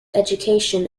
education